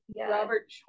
Robert